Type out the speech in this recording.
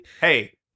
Hey